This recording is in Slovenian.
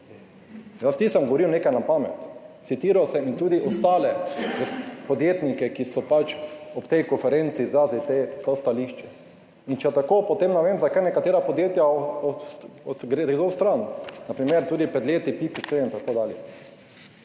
jaz nisem govoril nekaj na pamet. Citiral sem in tudi ostale podjetnike, ki so pač ob tej konferenci izrazili to stališče. In če je tako, potem ne vem, zakaj gredo nekatera podjetja stran, na primer tudi pred leti Pipistrel in tako dalje.